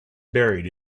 buried